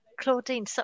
Claudine